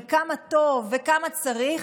כמה טוב וכמה צריך,